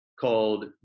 called